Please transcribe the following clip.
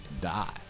die